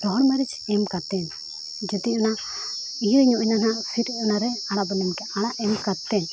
ᱨᱚᱦᱚᱲ ᱢᱟᱹᱨᱤᱪ ᱮᱢ ᱠᱟᱛᱮᱫ ᱡᱩᱫᱤ ᱚᱱᱟ ᱤᱭᱟᱹᱧᱚᱜ ᱮᱱᱟ ᱱᱟᱦᱟᱜ ᱯᱷᱤᱨ ᱚᱱᱟᱨᱮ ᱟᱲᱟᱜ ᱵᱚᱱ ᱮᱢ ᱠᱮᱫᱟ ᱟᱲᱟᱜ ᱮᱢ ᱠᱟᱛᱮᱫ